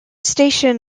station